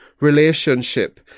relationship